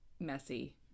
messy